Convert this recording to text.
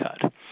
cut